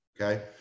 Okay